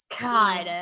God